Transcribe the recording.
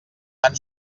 tan